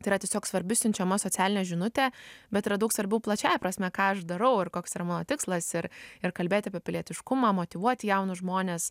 tai yra tiesiog svarbi siunčiama socialinė žinutė bet yra daug svarbiau plačiąja prasme ką aš darau ir koks yra mano tikslas ir ir kalbėti apie pilietiškumą motyvuoti jaunus žmones